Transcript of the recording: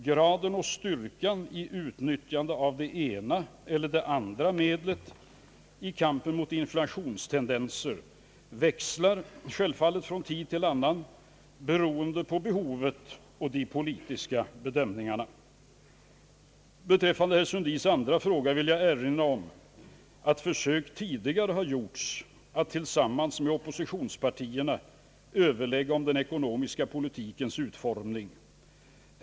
Graden och styrkan i utnyttjandet av det ena eller andra medlet i kampen mot inflationstendenser växlar självfallet från tid till annan beroende på behovet och de politiska bedömningarna. Beträffande herr Sundins andra fråga vill jag erinra om att försök tidigare gjorts att tillsammans med oppositionspartierna överlägga om den ekonomiska politikens utformning.